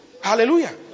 Hallelujah